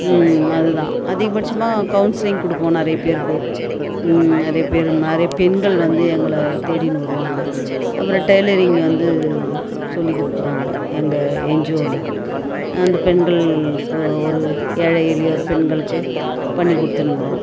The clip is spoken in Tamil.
அது தான் அதிகபட்சமாக கவுன்சிலிங் கொடுப்போம் நிறைய பேருக்கு நிறைய பேர் மாதிரி பெண்கள் வந்து எங்களை தேடிக்கின்னு வருவாங்க அப்புறம் டெய்லரிங் வந்து சொல்லிக் கொடுக்குறாங்க எங்கள் என்ஜியோவில் அந்த பெண்களுக்கு ஒரு ஏழை எளியோர் பெண்களுக்கு பண்ணி கொடுத்துனுருக்குறோம்